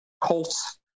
Colts